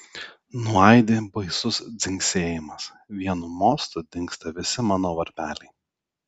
nuaidi baisus dzingsėjimas vienu mostu dingsta visi mano varpeliai